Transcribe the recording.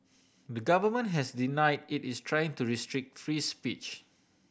the government has deny it is trying to restrict free speech